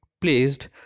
placed